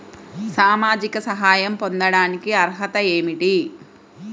సామాజిక సహాయం పొందటానికి అర్హత ఏమిటి?